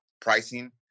pricing